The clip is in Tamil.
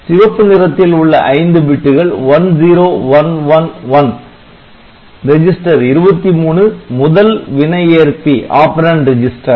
சிவப்பு நிறத்தில் உள்ள 5 பிட்டுகள் 10111 ரெஜிஸ்டர் 23 முதல் வினை ஏற்பி ரெஜிஸ்டர்